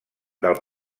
del